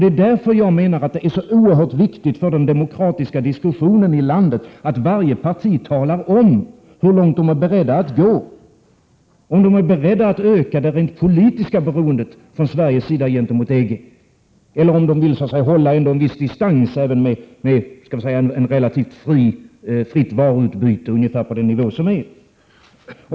Det är därför jag menar att det är oerhört viktigt för den demokratiska diskussionen i landet att alla partier talar om hur långt de är beredda att gå — om de är beredda att öka Sveriges rent politiska beroende gentemot EG eller om de vill hålla en viss distans med ett relativt fritt varuutbyte på ungefär nuvarande nivå.